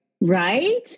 Right